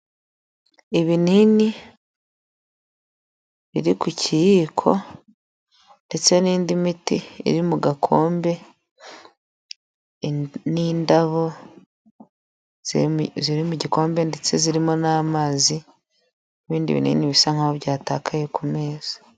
Ibinini biri ku kiyiko ndetse n'indi miti iri mu gakombe n'indabo ziri mu gikombe ndetse zirimo n'amazi n'ibindi binini bisa nk'aho byatakaye ku meza.